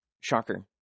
shocker